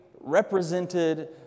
represented